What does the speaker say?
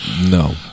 No